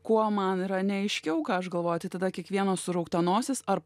kuo man yra neaiškiau ką aš galvoju tai tada kiekvieno suraukta nosis ar